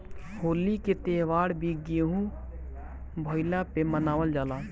होली के त्यौहार भी गेंहू भईला पे मनावल जाला